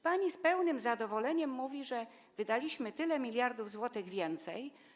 Pani z pełnym zadowoleniem mówi, że wydaliśmy o tyle miliardów złotych więcej.